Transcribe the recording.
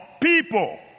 people